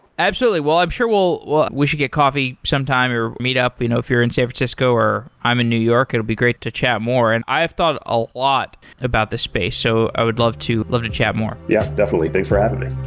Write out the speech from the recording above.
absolutely. well, i'm sure we should get coffee sometime or meet up you know if you're in san francisco or i'm in new york. it'd be great to chat more. and i have thought a lot about this space. so i would love to love to chat more. yeah, definitely. thanks for having me.